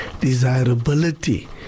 desirability